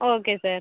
okay sir